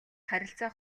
харилцаа